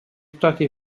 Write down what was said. stati